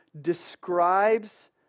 describes